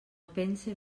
pense